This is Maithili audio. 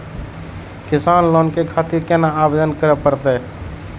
किसान लोन के खातिर केना आवेदन करें परतें?